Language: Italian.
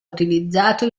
utilizzato